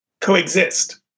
coexist